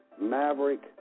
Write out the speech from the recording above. maverick